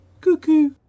cuckoo